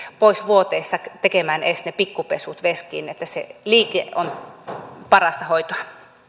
pois vuoteesta tekemään edes ne pikkupesut veskiin se liike on parasta hoitoa